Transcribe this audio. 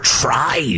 try